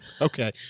Okay